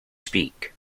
speak